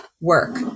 work